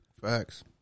Facts